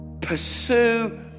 Pursue